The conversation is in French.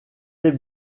est